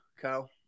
Kyle